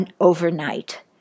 overnight